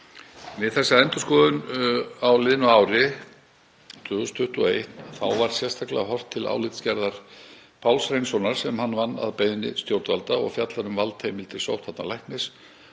Við þessa endurskoðun á liðnu ári, 2021, var sérstaklega horft til álitsgerðar Páls Hreinssonar sem hann vann að beiðni stjórnvalda og fjallar um valdheimildir sóttvarnalæknis